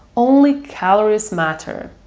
only calories matter.